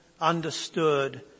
understood